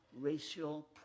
racial